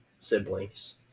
siblings